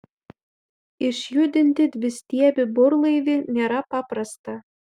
išjudinti dvistiebį burlaivį nėra paprasta